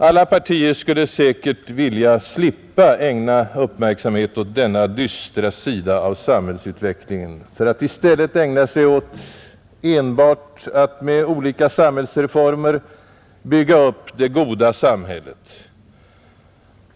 Alla partier skulle säkert vilja slippa ägna uppmärksamhet åt denna dystra sida av samhällsutvecklingen för att i stället enbart ägna sig åt att med olika samhällsreformer bygga upp det goda samhället.